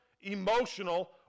emotional